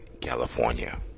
California